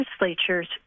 legislatures